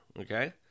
okay